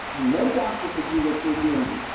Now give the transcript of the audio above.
no doctor could do what you're doing.